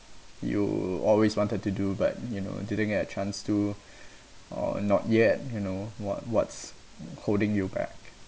you always wanted to do but you know didn't get a chance to or not yet you know what what's holding you back